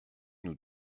nous